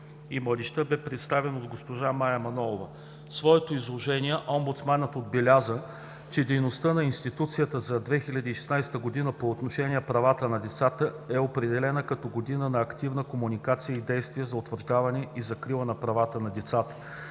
и младежта“, бе представен от госпожа Мая Манолова. В своето изложение омбудсманът отбеляза, че дейността на институцията за 2016 г. по отношение на правата на децата е определена като година на активна комуникация и действия за утвърждаване и закрила на правата на децата.